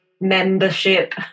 membership